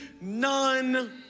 none